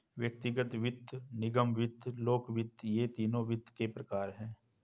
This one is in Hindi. व्यक्तिगत वित्त, निगम वित्त, लोक वित्त ये तीनों वित्त के प्रकार हैं